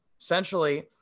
essentially